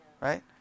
Right